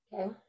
okay